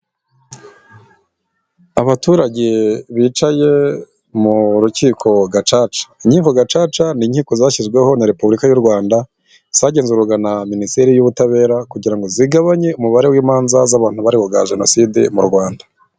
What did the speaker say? Abaturage bicaye mu rukiko Gacaca, inkiko Gacaca ni inkiko zashyizweho na Repubulika y'u Rwanda, zagenzurwaga na Minisiteri y'ubutabera kugira ngo zigabanye umubare w'imanza z'abantu baregwaa jenoside mu Rwanda.